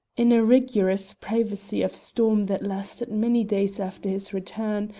in a rigorous privacy of storm that lasted many days after his return,